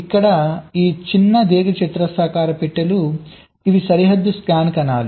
ఇక్కడ ఈ చిన్న దీర్ఘచతురస్రాకార పెట్టెలు ఇవి సరిహద్దు స్కాన్ కణాలు